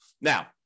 Now